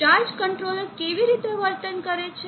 charge controller કેવી રીતે વર્તન કરે છે